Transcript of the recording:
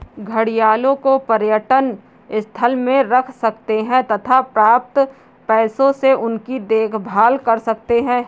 घड़ियालों को पर्यटन स्थल में रख सकते हैं तथा प्राप्त पैसों से उनकी देखभाल कर सकते है